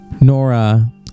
Nora